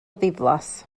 ddiflas